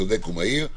צודק ומהיר.